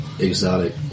exotic